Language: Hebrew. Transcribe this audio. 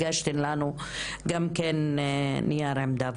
הגשתן לנו גם כן נייר עמדה,